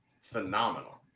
phenomenal